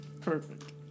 Perfect